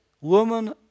woman